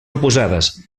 oposades